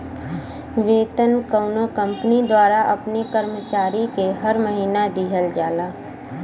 वेतन कउनो कंपनी द्वारा अपने कर्मचारी के हर महीना दिहल जाला